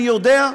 אני יודע,